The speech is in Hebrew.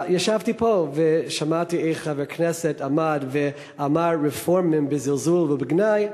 ישבתי פה ושמעתי איך חבר כנסת עמד ואמר "רפורמים" בזלזול ובגנאי,